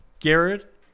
Garrett